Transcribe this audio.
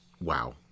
Wow